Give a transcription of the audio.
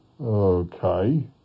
Okay